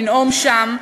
לנאום שם,